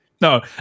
No